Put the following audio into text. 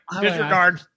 disregard